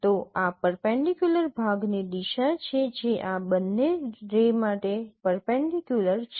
તો આ પરપેન્ડિકયુલર ભાગની દિશા છે જે આ બંને રે માટે પરપેન્ડિકયુલર છે